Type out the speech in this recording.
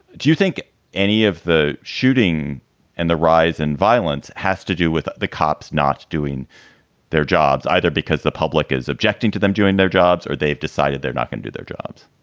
do you think any of the shooting and the rise in violence has to do with the cops not doing their jobs either because the public is objecting to them doing their jobs or they've decided they're not going to do their jobs?